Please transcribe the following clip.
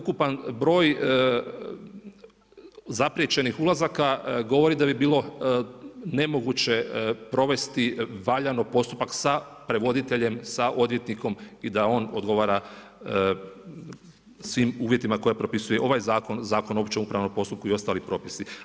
Ukupan broj zapriječenih ulazaka, govori da bi bilo nemoguće provesti valjano postupak sa prevoditeljem, sa odvjetnikom i da on odgovara svim uvjetima koje propisuje ovaj zakon, Zakon o općem upravnom postupku i ostali propisi.